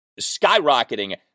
skyrocketing